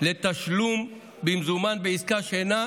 לתשלום במזומן בעסקה שאינה